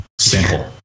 Simple